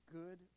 good